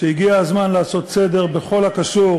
שהגיע הזמן לעשות סדר בכל הקשור